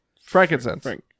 Frankincense